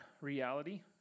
reality